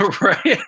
Right